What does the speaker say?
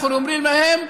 אנחנו אומרים להם: